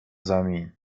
زمین